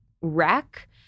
wreck